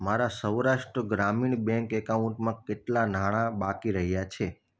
મારા સૌરાષ્ટ્ર ગ્રામીણ બેંક એકાઉન્ટમાં કેટલાં નાણાં બાકી રહ્યાં છે